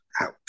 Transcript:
out